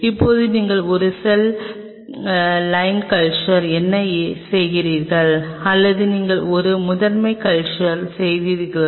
இப்போது நீங்கள் ஒரு செல் லைன் கல்ச்சர் என்ன செய்கிறீர்கள் அல்லது நீங்கள் ஒரு முதன்மை கல்ச்சர் செய்கிறீர்களா